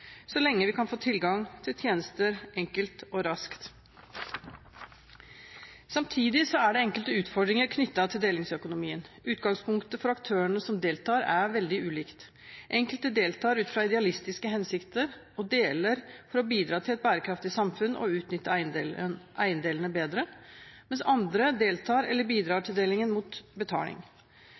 så lenge vi kan få tilgang til tjenester enkelt og raskt. Samtidig er det enkelte utfordringer knyttet til delingsøkonomien. Utgangspunktet for aktørene som deltar, er veldig ulikt. Enkelte deltar ut fra idealistiske hensikter og deler for å bidra til et bærekraftig samfunn og utnytte eiendelene bedre, mens andre deltar eller bidrar til delingen mot betaling.